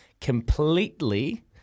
completely